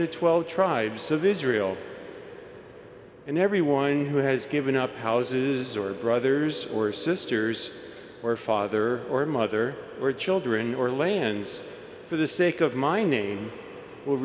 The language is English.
the twelve tribes of israel and every one who has given up houses or brothers or sisters or father or mother or children or lands for the sake of my name will